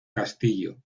castillo